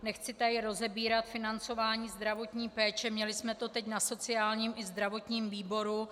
Nechci tady rozebírat financování zdravotní péče, měli jsme to teď na sociálním i zdravotním výboru.